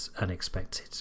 unexpected